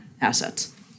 assets